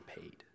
paid